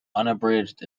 unabridged